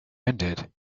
ended